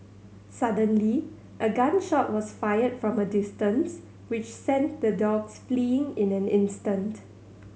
suddenly a gun shot was fired from a distance which sent the dogs fleeing in an instant